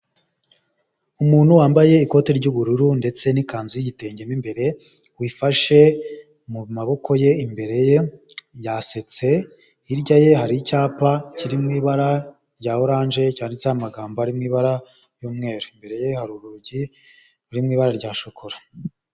Umuntu wambaye ikote ry'ubururu ndetse n'ikanzu y'igitenge m’imbere wifashe mu maboko ye, imbere ye yasetse, hirya ye hari icyapa kiri mu ibara rya orange cyanditseho amagambo ari mu ibara ry'umweru, imbere ye hari urugi ruri mu ibara rya shokora.